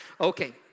Okay